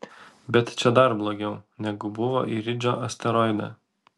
bet čia dar blogiau negu buvo iridžio asteroide